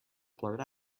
blurt